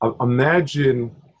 Imagine